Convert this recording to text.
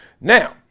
now